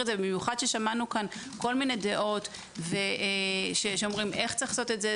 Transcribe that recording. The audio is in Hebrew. את זה במיוחד ששמענו כאן כל מיני דעות שאומרות איך צריך לעשות את זה.